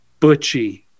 Butchie